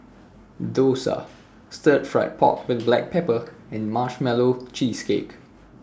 Dosa Stir Fried Pork with Black Pepper and Marshmallow Cheesecake